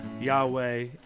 Yahweh